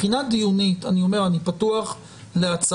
מבחינת הדיון אני פתוח להצעות,